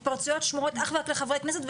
התפרצויות שמורות אך ורק לחברי כנסת,